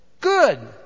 Good